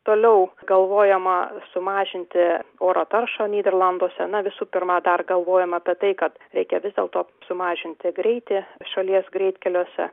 toliau galvojama sumažinti oro taršą nyderlanduose na visų pirma dar galvojama apie tai kad reikia vis dėlto sumažinti greitį šalies greitkeliuose